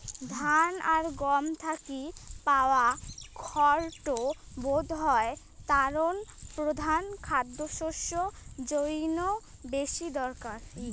ধান আর গম থাকি পাওয়া খড় টো বোধহয় তারুর প্রধান খাদ্যশস্য জইন্যে বেশি দরকারি